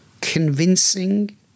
convincing